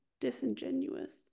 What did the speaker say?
disingenuous